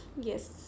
yes